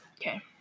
Okay